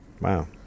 Wow